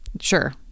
sure